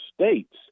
States